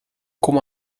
como